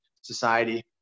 society